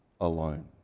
alone